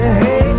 hey